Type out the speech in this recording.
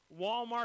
Walmart